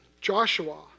Joshua